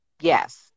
Yes